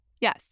Yes